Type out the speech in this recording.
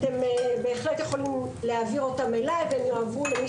אתם בהחלט יכולים להעביר אותם אלי והם יועברו למי